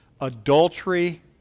Adultery